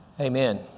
Amen